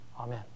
Amen